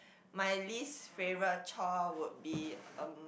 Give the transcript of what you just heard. my least favourite chore would be um